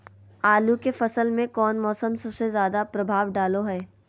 आलू के फसल में कौन मौसम सबसे ज्यादा प्रभाव डालो हय?